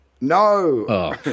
No